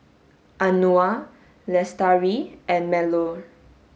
Anuar Lestari and Melur